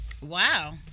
Wow